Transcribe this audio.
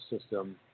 system